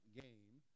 game